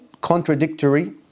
contradictory